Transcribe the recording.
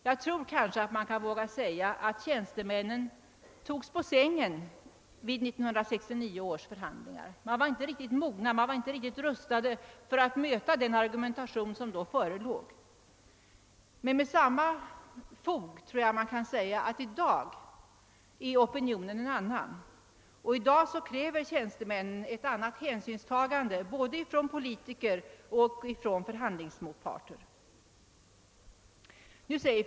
Jag tror att man vågar säga att tjänstemännen togs på sängen vid 1969 års förhandlingar — man var inte riktigt mogen, inte riktigt rustad för att möta den argumentation som då fördes. Men med samma fog tror jag man kan säga, att i dag är opinionen en annan: i dag kräver tjänstemännen ett annat hänsynstagande både från politiker och från förhandlingsmotparter.